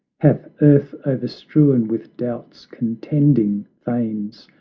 hath earth o'erstrewn with doubt's contending fanes,